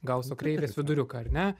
gauso kreivės viduriuką ar ne